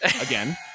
Again